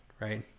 right